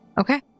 Okay